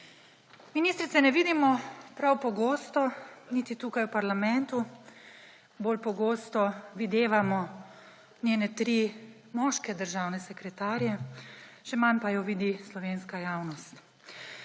Ministrice ne vidimo prav pogosto niti tukaj v parlamentu, bolj pogosto videvamo njene tri moške državne sekretarje, še manjkrat pa jo vidi slovenska javnost.